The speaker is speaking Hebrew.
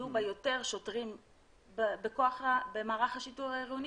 יהיו בה יותר שוטרים במערך השיטור העירוני